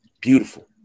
beautiful